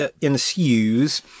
ensues